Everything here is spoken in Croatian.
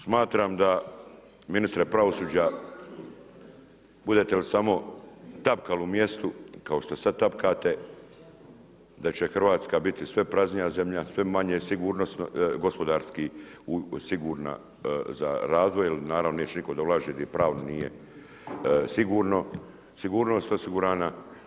Smatram da ministre pravosuđe, budete li samo tapkali u mjestu, kao što sad tapkate, da će Hrvatska biti sve praznija zemlja, sve manje gospodarski sigurna za razvoj jer naravno neće nitko dolaziti, pravno nije sigurnost osigurana.